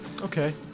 okay